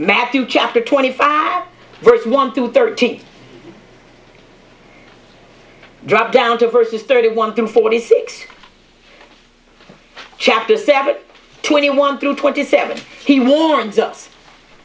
matthew chapter twenty five first one two thirteen dropped down to verses thirty one forty six chapter seven twenty one through twenty seven he warns us